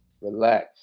relax